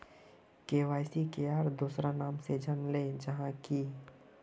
KYC के आर दोसरा नाम से जानले जाहा है की?